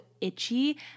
itchy